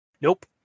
nope